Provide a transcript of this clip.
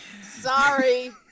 Sorry